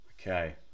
Okay